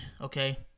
okay